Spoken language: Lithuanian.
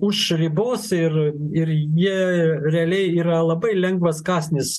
už ribos ir ir jie realiai yra labai lengvas kąsnis